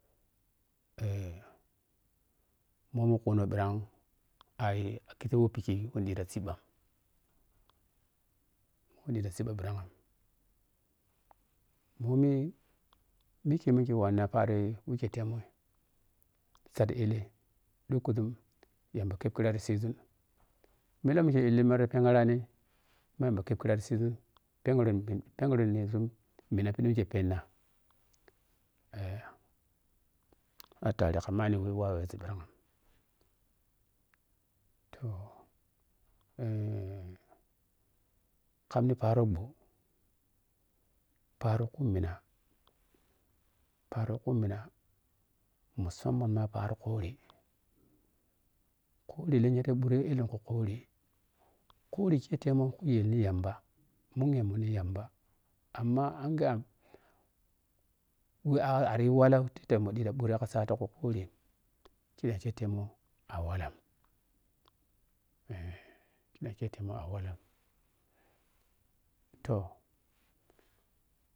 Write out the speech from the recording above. Eh munii kuno ɓhirag ai achiȝi wɛ phikye whɛ ni ɗhi ta siibha wɔn, dui ti siiɓha ɓhirag mhommi mikye-mikye wanna paari mikye temoi saɗ ɛlɛi ɗhukuȝum tamba kuem khira ti siiȝun phegri phegrineȝun mana phi ɗhi wɛ mikye phenna eh atare ka manni we waweȝun toh eh kam ni pane ɓho paari khummina paari kummina mussan man ma paari khuri khuri lenya ta ɓhung ɛlɛnkhu khuri khuri ke temo ti kuyel ni yamba mhukghe munni yamba amma anghe wo ayi ari ti wala tete mu ɗhi ta yi ɓhure ka saap ti ku khuri kidam ke timun a wallam eh leiɗamke temun a walla ton.